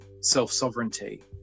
self-sovereignty